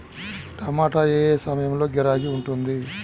టమాటా ఏ ఏ సమయంలో గిరాకీ ఉంటుంది?